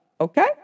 Okay